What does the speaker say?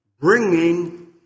bringing